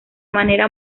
manera